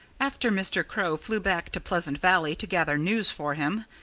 after mr. crow flew back to pleasant valley to gather news for him,